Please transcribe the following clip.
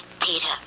Peter